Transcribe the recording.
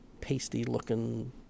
pasty-looking